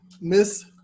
Miss